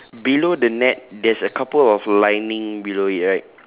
below the net there's a couple of lining below it right